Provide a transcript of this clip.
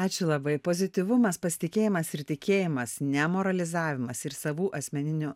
ačiū labai pozityvumas pasitikėjimas ir tikėjimas ne moralizavimas ir savų asmeninių